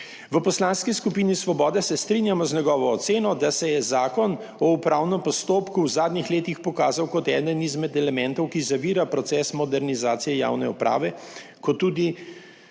V Poslanski skupini Svobode se strinjamo z njegovo oceno, da se je Zakon o upravnem postopku v zadnjih letih pokazal kot eden izmed elementov, ki zavira proces modernizacije javne uprave kot tudi